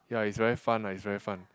ya it's very fun ah it's very fun